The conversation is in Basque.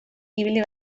ibili